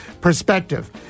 perspective